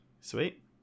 Sweet